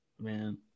Man